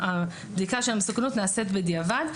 הבדיקה של המסוכנות נעשית בדיעבד,